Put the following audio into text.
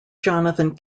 jonathan